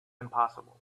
impossible